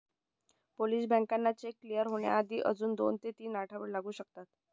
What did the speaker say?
Polish बँकांना cheque clear होण्यासाठी अजून दोन ते तीन आठवडे लागू शकतात